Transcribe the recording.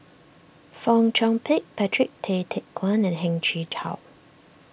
Fong Chong Pik Patrick Tay Teck Guan and Heng Chee How